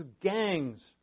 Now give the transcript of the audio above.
gangs